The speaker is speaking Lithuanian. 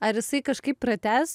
ar jisai kažkaip pratęs